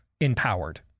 empowered